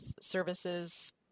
services